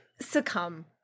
succumb